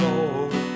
Lord